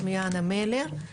שמי אנה מלר.